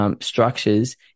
structures